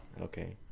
Okay